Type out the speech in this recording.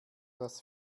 das